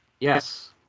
Yes